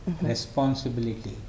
responsibility